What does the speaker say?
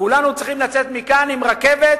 כולנו צריכים לצאת מכאן עם רכבת,